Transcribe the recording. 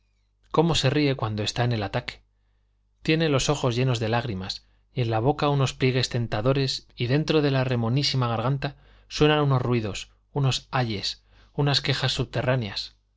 cómo se ríe cuando está en el ataque tiene los ojos llenos de lágrimas y en la boca unos pliegues tentadores y dentro de la remonísima garganta suenan unos ruidos unos ayes unas quejas subterráneas